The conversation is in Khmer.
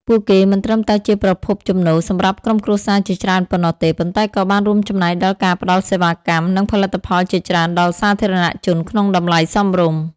ពួកគេមិនត្រឹមតែជាប្រភពចំណូលសម្រាប់ក្រុមគ្រួសារជាច្រើនប៉ុណ្ណោះទេ ប៉ុន្តែក៏បានរួមចំណែកដល់ការផ្តល់សេវាកម្ម និងផលិតផលជាច្រើនដល់សាធារណជនក្នុងតម្លៃសមរម្យ ។